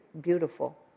beautiful